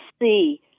see